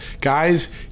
Guys